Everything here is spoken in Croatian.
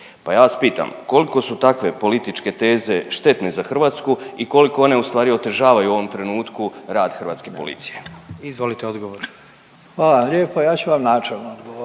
pa ja vas pitam, koliko su takve političke teze štetne za Hrvatsku i koliko one ustvari otežavaju u ovom trenutku rad hrvatske policije? **Jandroković, Gordan (HDZ)** Izvolite odgovor.